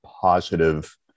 positive